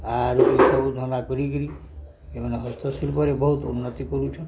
ଆରୁ ଇ ସବୁ ଧନ୍ଦା କରିକିରି ଏମାନେ ହସ୍ତଶିଳ୍ପରେ ବହୁତ ଉନ୍ନତି କରୁଛନ୍